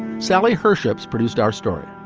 sally herships produced our story.